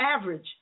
average